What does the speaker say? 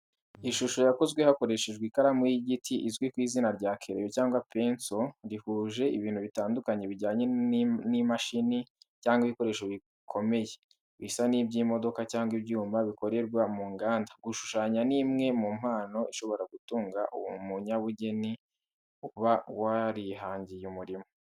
Ishusho yakozwe hakoreshejwe ikaramu y’igiti izwi ku izina rya kereyo cyangwa penso rihuje ibintu bitandukanye bijyanye n’imashini cyangwa ibikoresho bikomeye, bisa n’iby’imodoka cyangwa ibyuma bikorerwa mu nganda. Gushushanya ni imwe mu mpano ishobora gutunga umunyabugeni uba warihangiye umurimo.